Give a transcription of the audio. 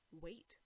wait